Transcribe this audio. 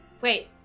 Wait